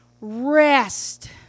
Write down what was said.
rest